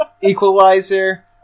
Equalizer